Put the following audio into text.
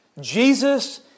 Jesus